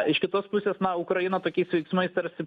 iš kitos pusės na ukraina tokiais veiksmais tarsi